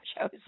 shows